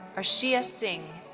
arshiya singh.